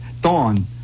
Dawn